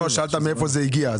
לא, שאלת מאיפה זה הגיע.